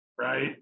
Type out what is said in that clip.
right